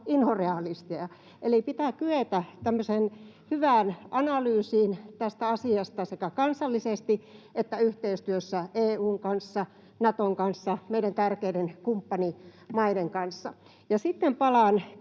inhorealisteja, eli pitää kyetä tämmöiseen hyvään analyysiin tästä asiasta sekä kansallisesti että yhteistyössä EU:n kanssa, Naton kanssa, meidän tärkeiden kumppanimaidemme kanssa. Sitten palaan